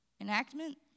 enactment